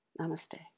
Namaste